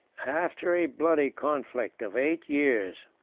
after a bloody conflict of eight years,